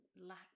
lack